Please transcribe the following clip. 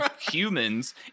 humans